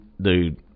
Dude